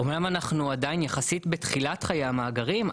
אומנם אנחנו עדיין יחסית בתחילת חיי המאגרים,